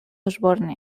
osborne